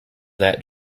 that